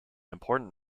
important